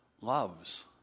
loves